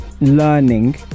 learning